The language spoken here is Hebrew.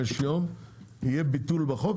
אני מבקש שה-45 יום יהיה ביטול בחוק,